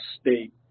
state